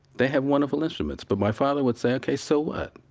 they have wonderful instruments, but my father would say, ok. so what?